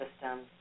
systems